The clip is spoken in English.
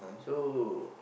so